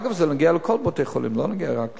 אגב, זה נוגע לכל בתי-החולים, לא נוגע רק